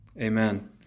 Amen